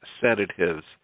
sedatives